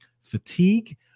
fatigue